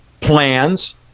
plans